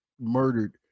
murdered